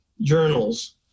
journals